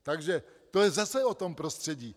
Takže to je zase o tom prostředí.